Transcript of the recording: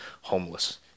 homeless